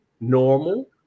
normal